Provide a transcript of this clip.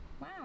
Wow